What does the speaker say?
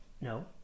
no